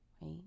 right